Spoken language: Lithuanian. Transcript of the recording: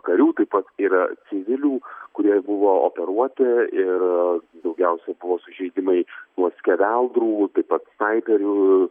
karių taip pat ir civilių kurie buvo operuoti ir daugiausia buvo sužeidimai nuo skeveldrų taip pat snaiperių